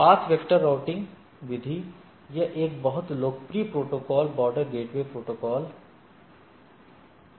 path vector routing विधि का एक बहुत लोकप्रिय प्रोटोकॉल बॉर्डर गेटवे प्रोटोकॉल या बीजीपी है